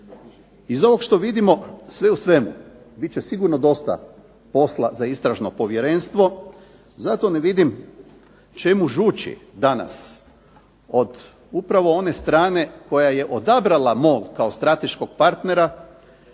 Iz ovog što vidimo sve u svemu bit će sigurno dosta posla za Istražno povjerenstvo. Zato ne vidim čemu žuči danas od upravo one strane koja je odabrala MOL kao strateškog partnera.